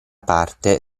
parte